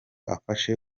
afashe